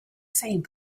same